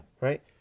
Right